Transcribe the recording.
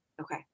Okay